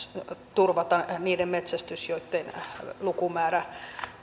turvata sellaisten lajien metsästys joitten lukumäärästä